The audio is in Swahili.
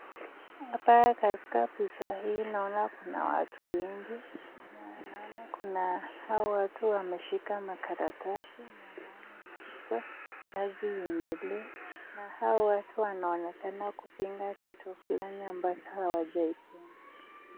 Hapa katika picha hii naona kuna watu wengi na naona kuna hawa watu wameshika makaratasi na naona imeandikwa kazi iendelee na hawa watu wanaonekana kupinga kitu fulani ambacho hawajaipenda.